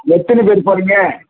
எத்தினி பேர் போவீங்க